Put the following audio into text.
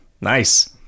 nice